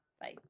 bye